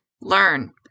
learn